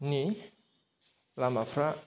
नि लामाफ्रा